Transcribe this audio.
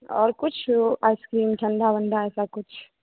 और कुछ आइसक्रीम ठंडा वंडा ऐसा कुछ